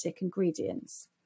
ingredients